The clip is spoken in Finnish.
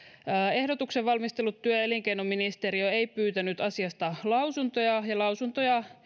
ehdotuksen valmistellut työ ja ja elinkeinoministeriö ei pyytänyt asiasta lausuntoja